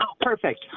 perfect